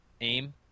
aim